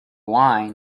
wine